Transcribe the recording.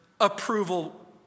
approval